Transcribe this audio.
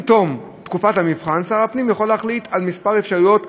עם תום תקופת המבחן שר הפנים יוכל להחליט על כמה אפשרויות פעולה,